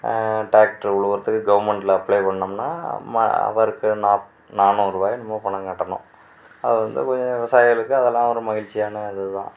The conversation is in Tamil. டிராக்ட்ரு உழுவுறதுக்கு கவர்மெண்டில் அப்ளை பண்ணோம்ன்னா மா அவர்க்கு நாப் நானூறுவாயோ என்னமோ பணம் கட்டணும் அது வந்து கொஞ்சம் விவசாயிகளுக்கு அதெல்லாம் ஒரு மகிழ்ச்சியான இது தான்